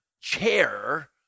chair